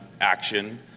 action